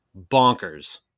bonkers